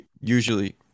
Usually